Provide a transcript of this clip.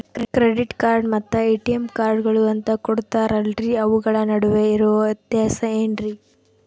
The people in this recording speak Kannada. ಕ್ರೆಡಿಟ್ ಕಾರ್ಡ್ ಮತ್ತ ಎ.ಟಿ.ಎಂ ಕಾರ್ಡುಗಳು ಅಂತಾ ಕೊಡುತ್ತಾರಲ್ರಿ ಅವುಗಳ ನಡುವೆ ಇರೋ ವ್ಯತ್ಯಾಸ ಏನ್ರಿ?